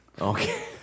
Okay